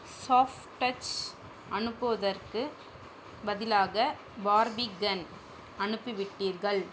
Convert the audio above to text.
soft touch அனுப்புவதற்குப் பதிலாக பார்பிகன் அனுப்பிவிட்டீர்கள்